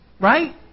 Right